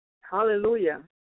Hallelujah